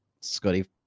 Scotty